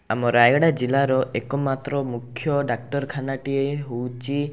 ଆମ ରାୟଗଡ଼ା ଜିଲ୍ଲାର ଏକମାତ୍ର ମୁଖ୍ୟ ଡାକ୍ତରଖାନାଟିଏ ହେଉଛି